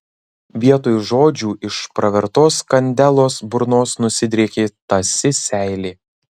vietoj žodžių iš pravertos kandelos burnos nusidriekė tąsi seilė